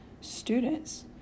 students